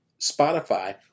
Spotify